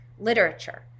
literature